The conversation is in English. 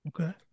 Okay